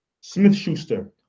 Smith-Schuster